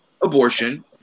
abortion